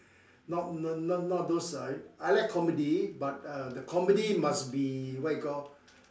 not not not not those uh I like comedy but the comedy must be what you call